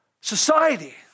Society